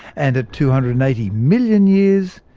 and at two hundred and eighty million years,